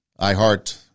iHeart